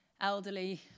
elderly